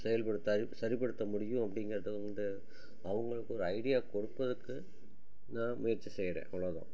செயல்படுத்தாது சரிப்படுத்த முடியும் அப்படிங்கிறத வந்து அவங்களுக்கு ஒரு ஐடியா கொடுப்பதற்கு நான் முயற்சி செய்கிறேன் அவ்வளோ தான்